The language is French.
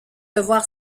devoir